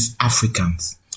Africans